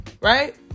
right